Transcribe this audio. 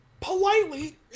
politely